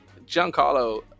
Giancarlo